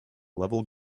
level